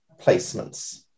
placements